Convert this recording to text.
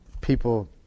people